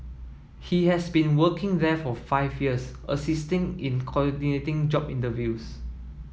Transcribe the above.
he has been working there for five years assisting in coordinating job interviews